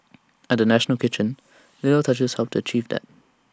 at the national kitchen little touches helped to achieve that